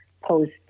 post